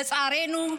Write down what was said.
לצערנו,